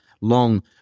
long